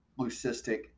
leucistic